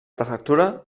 prefectura